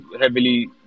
heavily